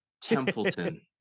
templeton